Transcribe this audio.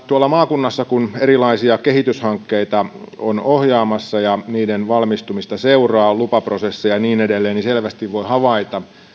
tuolla maakunnassa erilaisia kehityshankkeita on ohjaamassa ja niiden valmistumista seuraa lupaprosesseja ja niin edelleen niin selvästi voi havaita